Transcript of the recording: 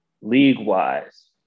league-wise